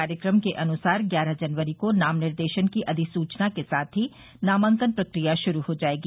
कार्यक्रम के अनुसार ग्यारह जनवरी को नाम निर्देशन की अधिसूचना के साथ ही नामांकन प्रक्रिया शुरू हो जायेगी